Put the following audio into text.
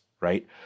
right